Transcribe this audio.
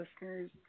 listeners